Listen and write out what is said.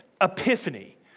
Epiphany